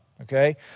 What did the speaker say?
Okay